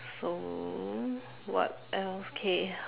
so what else okay